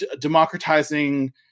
democratizing